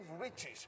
riches